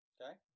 Okay